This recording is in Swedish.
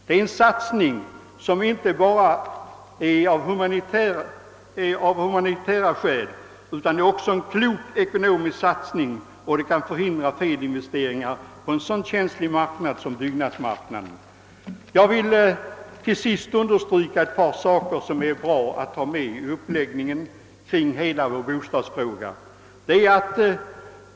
Det är en satsning som vi inte bör göra bara av humanitära skäl, utan det är också en från ekonomisk synpunkt klok satsning, som kan förhindra felinvesteringar på en så känslig marknad som byggnadsmarknaden. Till sist vill jag understryka ett par saker som är bra att hålla i minnet vid uppläggningen av arbetet med bostadsfrågorna.